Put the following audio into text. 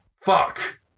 fuck